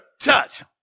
touch